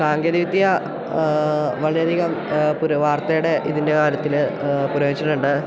സാങ്കേതിക വിദ്യ വളരെയധികം വാർത്തയുടെ ഇതിൻ്റെ കാര്യത്തില് പുരോഗമിച്ചിട്ടുണ്ട്